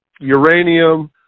uranium